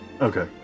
Okay